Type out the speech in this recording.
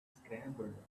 scrambled